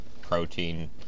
protein